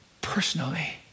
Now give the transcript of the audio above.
personally